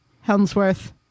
Helmsworth